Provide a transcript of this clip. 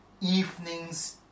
evenings